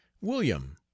William